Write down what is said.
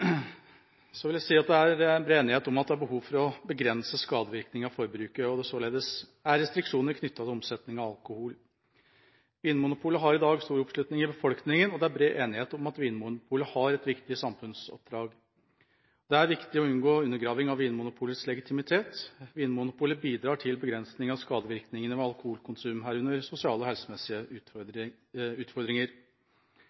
Det er bred enighet om at det er behov for å begrense skadevirkningene av forbruket, og at det således er restriksjoner knyttet til omsetning av alkohol. Vinmonopolet har i dag stor oppslutning i befolkningen, og det er bred enighet om at Vinmonopolet har et viktig samfunnsoppdrag. Det er viktig å unngå undergraving av Vinmonopolets legitimitet. Vinmonopolet bidrar til begrensning av skadevirkningene ved alkoholkonsum, herunder sosiale og helsemessige